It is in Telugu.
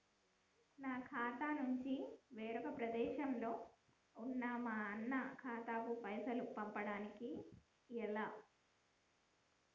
నా ఖాతా నుంచి వేరొక ప్రదేశంలో ఉన్న మా అన్న ఖాతాకు పైసలు పంపడానికి ఎలా?